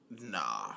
Nah